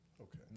Okay